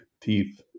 teeth